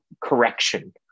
correction